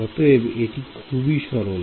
অতএব এটি খুবই সরল